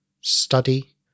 study